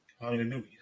Hallelujah